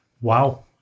wow